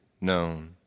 known